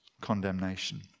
condemnation